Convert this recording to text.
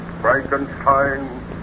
Frankenstein